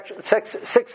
six